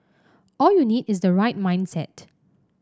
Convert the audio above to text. all you need is the right mindset